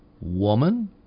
woman